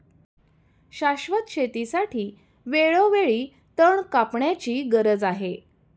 शाश्वत शेतीसाठी वेळोवेळी तण कापण्याची गरज आहे